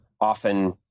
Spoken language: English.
often